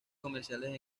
comerciales